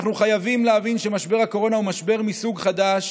אנו חייבים להבין שמשבר הקורונה הוא משבר מסוג חדש,